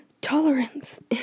tolerance